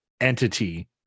entity